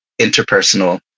interpersonal